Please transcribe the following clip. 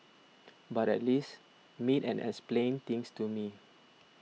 but at least meet and explain things to me